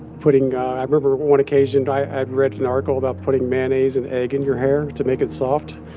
putting remember one occasion, i'd read an article about putting mayonnaise and egg in your hair to make it soft,